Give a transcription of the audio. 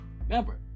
Remember